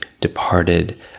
departed